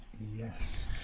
yes